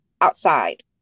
outside